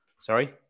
Sorry